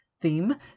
theme